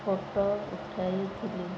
photo ଉଠାଇଥିଲି